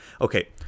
okay